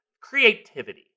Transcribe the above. creativity